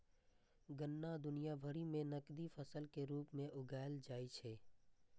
गन्ना दुनिया भरि मे नकदी फसल के रूप मे उगाएल जाइ छै